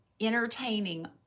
entertaining